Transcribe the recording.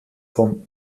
vom